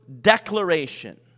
declaration